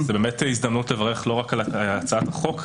אבל זאת באמת הזדמנות לברך לא רק על הצעת החוק,